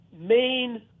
main